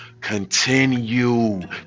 Continue